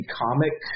comic